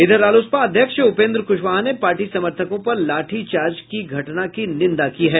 इधर रालोसपा अध्यक्ष उपेन्द्र क्शवाहा ने पार्टी समर्थकों पर लाठीचार्ज की घटना की निंदा की है